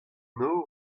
nor